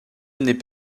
années